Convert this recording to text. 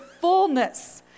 fullness